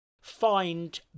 find